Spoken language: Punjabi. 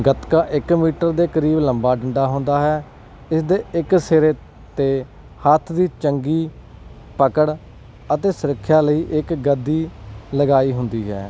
ਗਤਕਾ ਇਕ ਮੀਟਰ ਦੇ ਕਰੀਬ ਲੰਬਾ ਡੰਡਾ ਹੁੰਦਾ ਹੈ ਇਸ ਦੇ ਇੱਕ ਸਿਰੇ 'ਤੇ ਹੱਥ ਦੀ ਚੰਗੀ ਪਕੜ ਅਤੇ ਸੁਰੱਖਿਆ ਲਈ ਇੱਕ ਗੱਦੀ ਲਗਾਈ ਹੁੰਦੀ ਹੈ